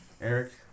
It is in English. Eric